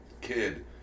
kid